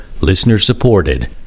listener-supported